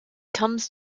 comes